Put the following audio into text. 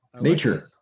nature